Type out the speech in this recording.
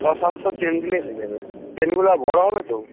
ছ সাতশো চেন দিলেই হয়ে যাবে চেনগুলা বড়ো হবে তো